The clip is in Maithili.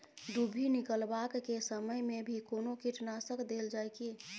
दुभी निकलबाक के समय मे भी कोनो कीटनाशक देल जाय की?